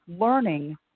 learning